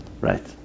Right